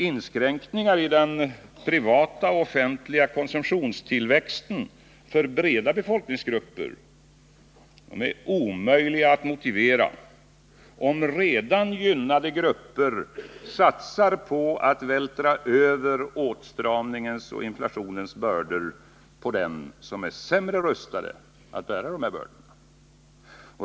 Inskränkningar i den privata och offentliga konsumtionstillväxten för breda befolkningsgrupper är omöjliga att motivera om redan gynnade grupper satsar på att vältra över åtstramningens och inflationens bördor på dem som är sämre rustade att bära dessa bördor.